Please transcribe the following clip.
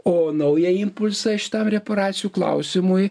o naują impulsą šitam reparacijų klausimui